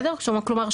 כלומר,